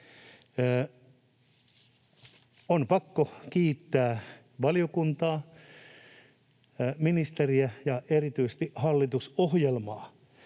on pakko kiitää valiokuntaa, ministeriä ja erityisesti hallitusohjelmaa,